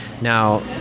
Now